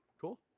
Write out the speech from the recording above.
Cool